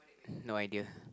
no idea